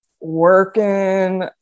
Working